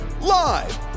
live